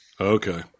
Okay